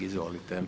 Izvolite.